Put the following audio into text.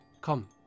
Come